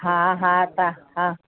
हा हा त हा